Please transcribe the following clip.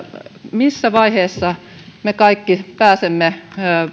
missä vaiheessa me kaikki pääsemme